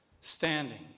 standing